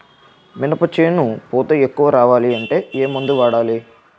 మినప చేను పూత ఎక్కువ రావాలి అంటే ఏమందు వాడాలి?